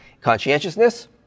conscientiousness